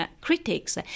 critics